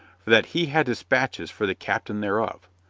for that he had dispatches for the captain thereof.